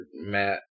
Matt